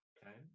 Okay